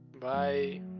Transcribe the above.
Bye